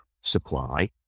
supply